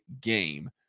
game